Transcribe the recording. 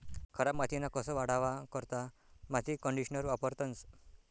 खराब मातीना कस वाढावा करता माती कंडीशनर वापरतंस